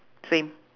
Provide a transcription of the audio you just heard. same